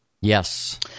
Yes